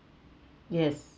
yes